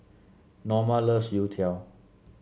Norma loves youtiao